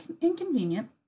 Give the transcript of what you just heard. inconvenient